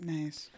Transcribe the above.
Nice